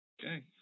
Okay